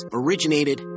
originated